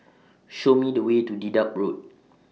Show Me The Way to Dedap Road